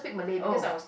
oh